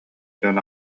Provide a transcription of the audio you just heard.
дьон